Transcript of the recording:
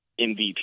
MVP